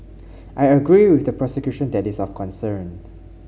I agree with the prosecution that is of concern